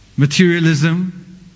materialism